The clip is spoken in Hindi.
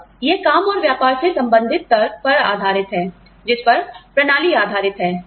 अब यह काम और व्यापार से संबंधित तर्क पर आधारित है जिस पर प्रणाली आधारित है